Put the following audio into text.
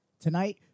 Tonight